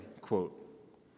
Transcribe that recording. quote